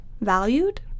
Valued